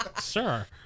sir